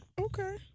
Okay